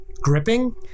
gripping